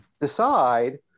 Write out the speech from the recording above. decide